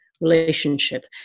relationship